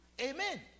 Amen